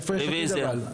רביזיה.